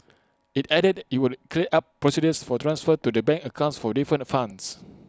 IT added IT would clear up procedures for transfers to the bank accounts for different funds